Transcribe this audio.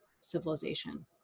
civilization